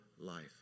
life